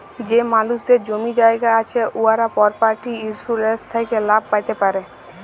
যে মালুসদের জমি জায়গা আছে উয়ারা পরপার্টি ইলসুরেলস থ্যাকে লাভ প্যাতে পারে